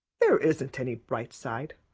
there isn't any bright side.